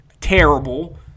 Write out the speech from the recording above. terrible